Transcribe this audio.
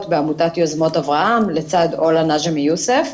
בעמותת יוזמות אברהם לצד אולה נג'אמי יוסף.